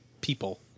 people